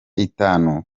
itanu